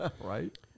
right